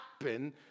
happen